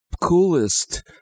Coolest